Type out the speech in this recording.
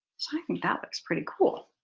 i think that looks pretty cool.